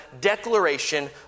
declaration